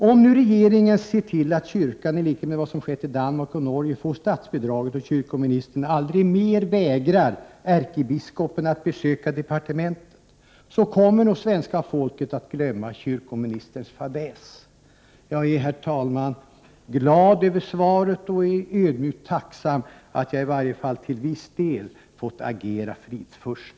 Om nu regeringen ser till att kyrkan — i likhet med vad som skett i Danmark och Norge — får statsbidraget och kyrkoministern aldrig mer vägrar ärkebiskopen ett besök på departementet kommer nog svenska folket att glömma kyrkoministerns fadäs. Herr talman! Jag är glad över svaret och är ödmjukt tacksam över att jag i varje fall till viss del fått agera fridsfurste.